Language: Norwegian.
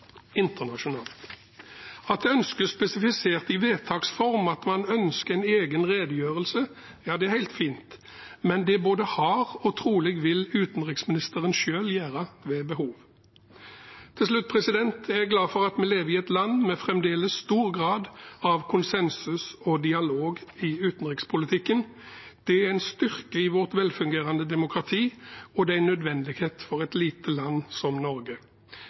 internasjonalt. At det ønskes spesifisert i vedtaks form at man ønsker en egen redegjørelse, er helt fint. Men det har utenriksministeren både gjort og vil trolig selv gjøre ved behov. Til slutt: Jeg er glad for at vi lever i et land med fremdeles stor grad av konsensus og dialog i utenrikspolitikken. Det er en styrke i vårt velfungerende demokrati, og det er en nødvendighet for et lite land som Norge.